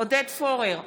עודד פורר,